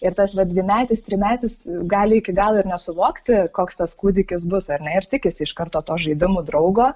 ir tas vat dvimetis trimetis gali iki galo ir nesuvokti koks tas kūdikis bus ar ne ir tikisi iš karto to žaidimų draugo